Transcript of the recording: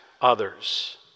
others